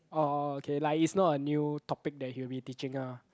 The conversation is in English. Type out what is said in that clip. orh okay like is not a new topic that he will be teaching lah